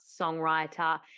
songwriter